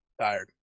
Tired